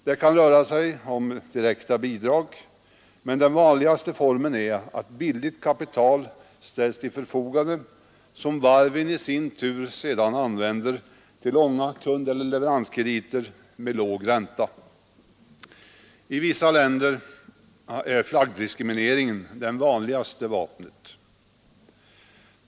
Det kan röra sig om direkta bidrag, men den vanligaste formen är att billigt kapital ställs till förfogande, som varven i sin tur sedan använder till långa kundeller leveranskrediter med låg ränta. I vissa länder är flaggdiskrimineringen det vanligaste vapnet.